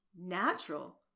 Natural